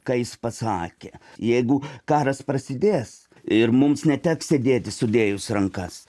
ką jis pasakė jeigu karas prasidės ir mums neteks sėdėti sudėjus rankas